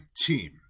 team